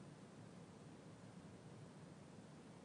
לגבי הטיסות והכניסות והיציאות --- תשתדלי לא לעצבן